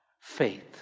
Faith